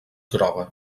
groga